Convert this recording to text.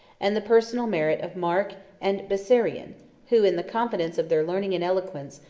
and the personal merit of mark and bessarion who, in the confidence of their learning and eloquence,